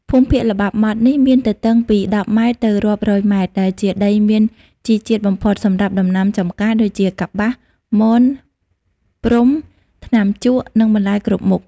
ភូមិភាគល្បាប់ម៉ត់នេះមានទទឹងពី ១០ ម៉ែត្រ ទៅរាប់រយម៉ែត្រ ដែលជាដីមានជីជាតិបំផុតសម្រាប់ដំណាំចំការ ដូចជាកប្បាស មន ព្រំ ថ្នាំជក់ និងបន្លែគ្រប់មុខ។